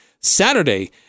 Saturday